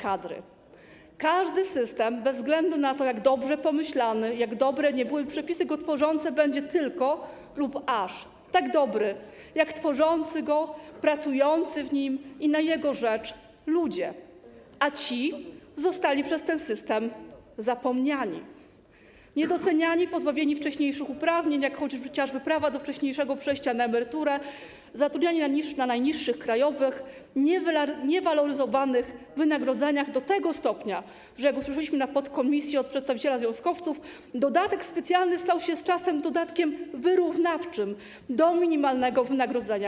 Każdy system bez względu na to, jak dobrze pomyślany, jak dobre byłyby przepisy go tworzące, będzie tylko lub aż tak dobry jak tworzący go, pracujący w nim i na jego rzecz ludzie, a ci zostali przez ten system zapomniani - niedoceniani, pozbawieni wcześniejszych uprawnień, jak chociażby prawa do wcześniejszego przejścia na emeryturę, zatrudniani za najniższe krajowe wynagrodzenia, niewaloryzowane do tego stopnia, że - jak usłyszeliśmy na posiedzeniu podkomisji od przedstawiciela związkowców - dodatek specjalny stał się z czasem dodatkiem wyrównawczym do minimalnego wynagrodzenia.